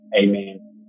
Amen